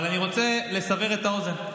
אבל אני רוצה לסבר את האוזן,